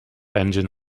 engine